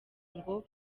ngo